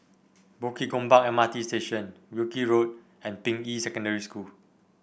Bukit Gombak M R T Station Wilkie Road and Ping Yi Secondary School